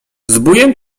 zbójem